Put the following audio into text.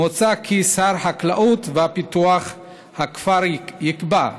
מוצע כי שר החקלאות ופיתוח הכפר יקבע,